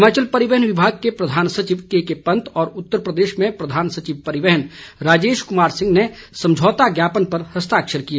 हिमाचल परिवहन विभाग के प्रधान सचिव केके पंत और उत्तर प्रदेश में प्रधान सचिव परिवहन राजेश कुमार सिंह ने समझौता ज्ञापन पर हस्ताक्षर किए